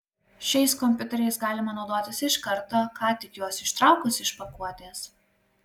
šiais kompiuteriais galima naudotis iš karto ką tik juos ištraukus iš pakuotės